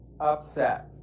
upset